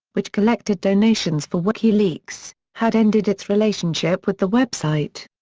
which collected donations for wikileaks, had ended its relationship with the website.